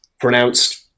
pronounced